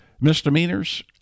misdemeanors